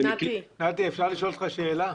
נתי, אפשר לשאול אותך שאלה?